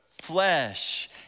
flesh